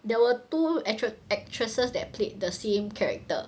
there were two actre~ actresses that played the same character